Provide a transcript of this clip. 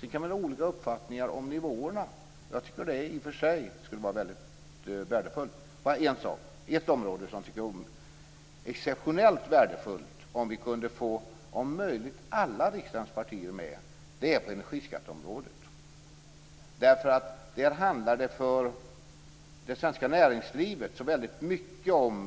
Sedan kan vi olika uppfattningar om niåverna. Jag tycker att det i och för sig skulle vara väldigt värdefullt. Det är ett område där jag tycker att det är exceptionellt värdefullt om vi om möjligt kan få alla riksdagens partier med, energiskatteområdet. Där handlar det för det svenska näringslivet väldigt mycket om